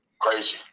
Crazy